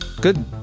good